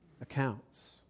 accounts